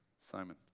simon